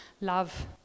Love